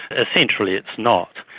essentially it's not.